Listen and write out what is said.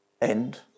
end